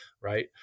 right